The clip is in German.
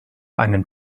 einen